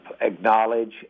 acknowledge